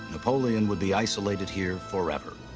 napoleon would be isolated here forever.